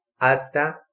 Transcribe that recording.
Hasta